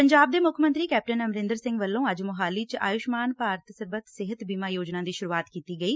ਪੰਜਾਬ ਦੇ ਮੁੱਖ ਮੰਤਰੀ ਕੈਪਟਨ ਅਮਰਿੰਦਰ ਸਿੰਘ ਵੱਲੋਂ ਅੱਜ ਮੋਹਾਲੀ ਚ ਆਯੁਸ਼ਮਾਨ ਭਾਰਤ ਸਰਬਤ ਸਿਹਤ ਬੀਮਾ ਯੋਜਨਾ ਦੀ ਸੁਰੂਆਤ ਕੀਤੀ ਗਈ